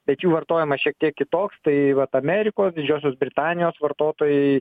bet jų vartojimas šiek tiek kitoks tai vat amerikos didžiosios britanijos vartotojai